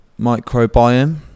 microbiome